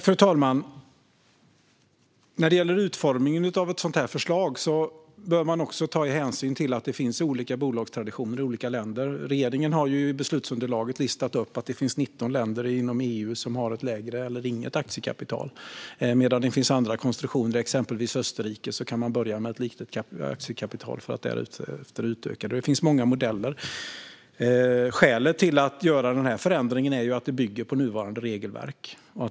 Fru talman! När det gäller utformningen av ett sådant här förslag bör man ta hänsyn till att det finns olika bolagstraditioner i olika länder. Regeringen har i beslutsunderlaget tagit upp att det finns 19 länder inom EU där man har ett lägre eller inget aktiekapital. I andra länder finns det andra konstruktioner. I till exempel Österrike kan man börja med ett litet aktiekapital för att därefter utöka det. Det finns många modeller. Skälet till att göra den här förändringen är att det bygger på nuvarande regelverk.